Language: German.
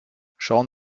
schauen